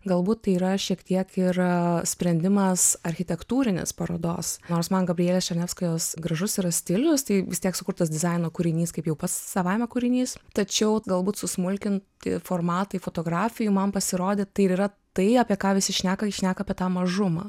galbūt tai yra šiek tiek yra sprendimas architektūrinės parodos nors man gabrielės šaneckajos gražus yra stilius tai vis tiek sukurtas dizaino kūrinys kaip jau pats savaime kūrinys tačiau galbūt susmulkinti formatai fotografijų man pasirodė tai ir yra tai apie ką visi šneka ir šneka apie tą mažumą